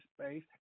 space